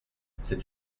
c’est